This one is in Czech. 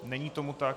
Není tomu tak.